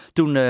Toen